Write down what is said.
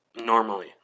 Normally